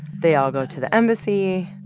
they all go to the embassy.